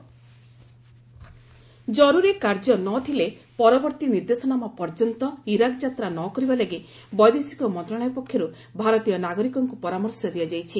India Iraq travel ଜରୁରୀ କାର୍ଯ୍ୟ ନଥିଲେ ପରବର୍ତ୍ତୀ ନିର୍ଦ୍ଦେଶନାମା ପର୍ଯ୍ୟନ୍ତ ଇରାକ ଯାତ୍ରା ନ କରିବା ଲାଗି ବୈଦେଶିକ ମନ୍ତ୍ରଣାଳୟ ପକ୍ଷରୁ ଭାରତୀୟ ନାଗରିକଙ୍କୁ ପରାମର୍ଶ ଦିଆଯାଇଛି